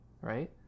Right